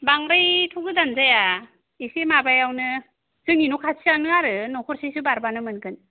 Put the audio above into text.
बांद्रायथ' गोजान जाया एसे माबायावनो जोंनि न' खाथिआवनो आरो न'खरसेसो बारबानो मोनगोन